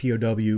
POW